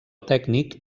tècnic